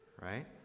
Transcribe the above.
right